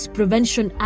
Prevention